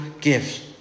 gifts